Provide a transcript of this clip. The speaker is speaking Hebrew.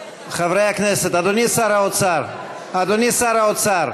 אדוני שר האוצר, אדוני שר האוצר,